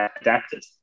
adapted